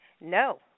No